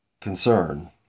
concern